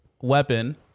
weapon